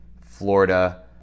Florida